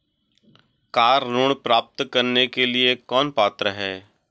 Car ऋण प्राप्त करने के लिए कौन पात्र है?